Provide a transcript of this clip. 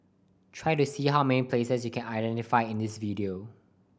try to see how many places you can identify in this video